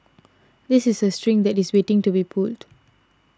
this is a string that is waiting to be pulled